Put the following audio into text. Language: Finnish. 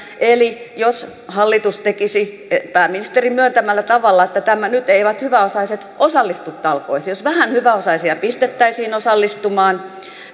eli jos hallitus tekisi niin pääministeri on myöntänyt että nyt eivät hyväosaiset osallistu talkoisiin että vähän hyväosaisia pistettäisiin osallistumaan